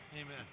Amen